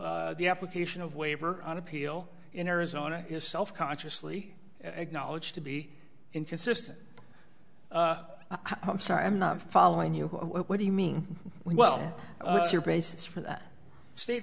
so the application of waiver on appeal in arizona is self consciously acknowledged to be inconsistent i'm sorry i'm not following you what do you mean well what's your basis for that state